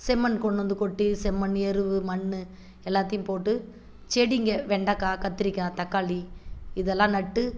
செம்மண் கொண்டு வந்து கொட்டி செம்மண் எருவு மண்ணு எல்லாத்தையும் போட்டு செடிங்க வெண்டக்காய் கத்திரிக்காய் தக்காளி இதெல்லாம் நட்டு